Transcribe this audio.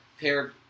paired